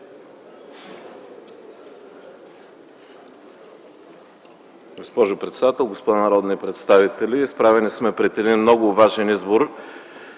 Госпожо председател, господа народни представители! Изправени сме пред един много важен избор